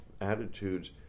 attitudes